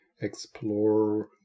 explore